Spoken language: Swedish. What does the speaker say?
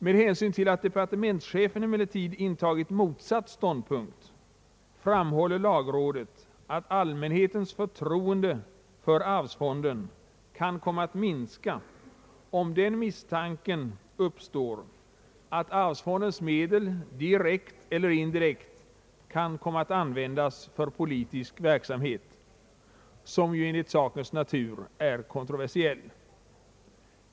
Med hänsyn till att departementschefen emellertid intagit motsatt ståndpunkt framhåller lagrådet att allmänhetens förtroende för arvsfonden kan komma att minska om den misstanken uppstår att arvsfondens medel — direkt eller indirekt — kan komma att användas för politisk verksamhet, som ju enligt sakens natur är kontroversiell.